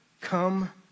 come